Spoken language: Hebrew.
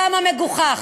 כמה מגוחך.